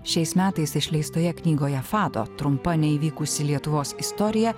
šiais metais išleistoje knygoje fato trumpa neįvykusi lietuvos istorija